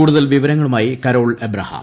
കൂടുതൽ വിവരങ്ങളുമാിയി Carol Abraham